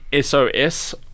SOS